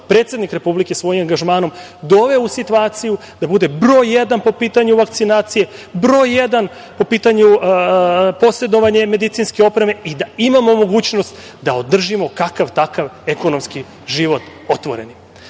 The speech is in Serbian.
predsednik republike svojim angažmanom, doveo u situaciju da budemo broj jedan po pitanju vakcinacije, broj jedan po pitanju posedovanja medicinske opreme i da imamo mogućnost da održimo kakav, takav ekonomski život otvorenim. Vraćam